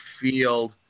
field